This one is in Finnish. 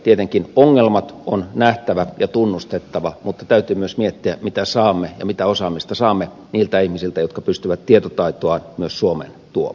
tietenkin ongelmat on nähtävä ja tunnustettava mutta täytyy myös miettiä mitä saamme ja mitä osaamista saamme niiltä ihmisiltä jotka pystyvät tietotaitoaan myös suomeen tuomaan